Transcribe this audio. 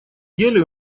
деле